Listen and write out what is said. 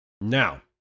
Now